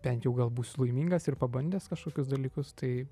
bent jau gal bus laimingas ir pabandęs kažkokius dalykus tai